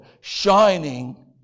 shining